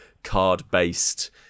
card-based